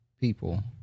people